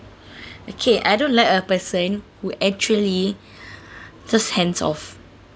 okay I don't like a person who actually just hands off